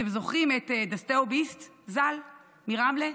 אתם זוכרים את דסטאו ביסט, זיכרונו לברכה, מרמלה?